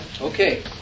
Okay